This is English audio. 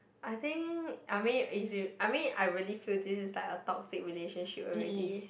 I think I mean it's with I mean I really feel this is like a toxic relationship already